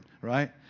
Right